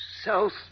South